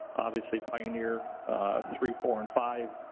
obviously pioneer three, four, and five,